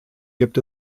gibt